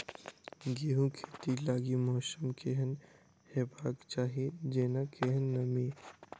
गेंहूँ खेती लागि मौसम केहन हेबाक चाहि जेना केहन नमी?